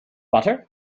butter